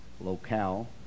locale